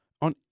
On